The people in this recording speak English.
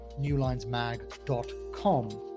newlinesmag.com